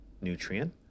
nutrient